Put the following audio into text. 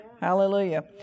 Hallelujah